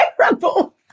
terrible